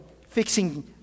fixing